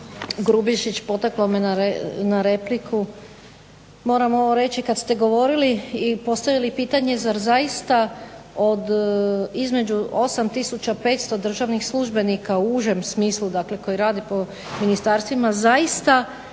Grubišić potakao me na repliku. Moram ovo reći, kad ste govorili i postavili pitanje zar zaista između 8500 državnih službenika u užem smislu dakle koji rade po ministarstvima zaista